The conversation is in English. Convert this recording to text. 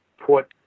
put